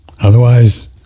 otherwise